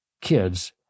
kids